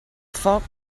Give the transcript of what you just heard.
foc